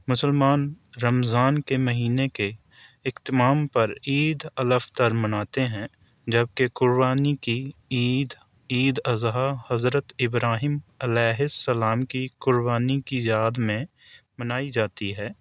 مسلمان رمضان کے مہینے کے اختتام پر عید الفطر مناتے ہیں جبکہ قربانی کی عید عید الاضحیٰ حضرت ابراہیم علیہ السلام کی قربانی کی یاد میں منائی جاتی ہے